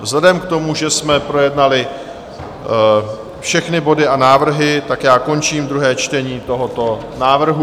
Vzhledem k tomu, že jsme projednali všechny body a návrhy, končím druhé čtení tohoto návrhu.